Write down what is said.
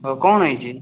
ହଉ କ'ଣ ହେଇଛି